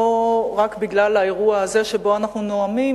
לא רק בגלל האירוע הזה שבו אנחנו נואמים,